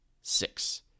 six